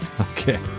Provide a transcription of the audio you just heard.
Okay